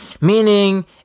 Meaning